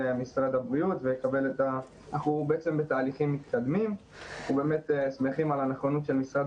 אנחנו בתהליכים מתקדמים ואנחנו שמחים על הנכונות של משרד